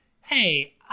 hey